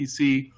PC